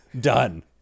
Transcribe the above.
done